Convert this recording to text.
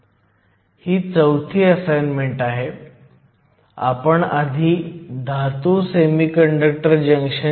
तर सामान्यतः p आणि n समान सामग्रीचे असतात अशा परिस्थितीत ते होमो जंक्शन असते